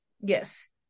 Yes